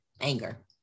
anger